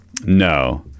No